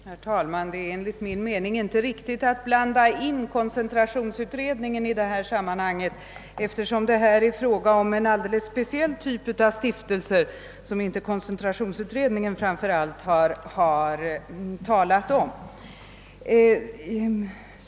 Herr talman! Det är enligt min mening inte riktigt att i detta sammanhang blanda in koncentrationsutredningen, eftersom det här är fråga om en alldeles speciell typ av stiftelser som koncentrationsutredningen inte har talat om.